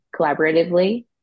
collaboratively